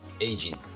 aging